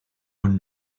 would